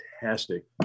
fantastic